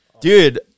Dude